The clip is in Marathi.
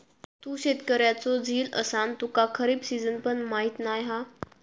तू शेतकऱ्याचो झील असान तुका खरीप सिजन पण माहीत नाय हा